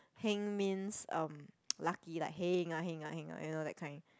heng means um lucky like heng Ah heng ah you know that kind